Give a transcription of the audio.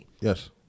Yes